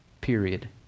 period